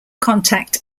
contact